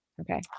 Okay